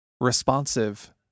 Responsive